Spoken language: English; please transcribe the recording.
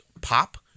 pop